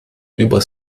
über